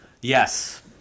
Yes